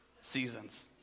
seasons